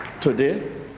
today